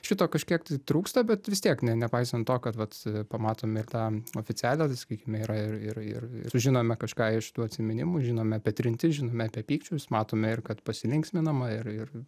šito kažkiek tai trūksta bet vis tiek ne nepaisant to kad vat pamatom ir tą oficialią tai sakykime yra ir ir žinome kažką iš tų atsiminimų žinome apie trintis žinome apie pykčius matome ir kad pasilinksminama ir ir